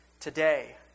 Today